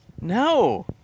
No